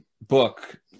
book